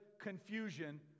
confusion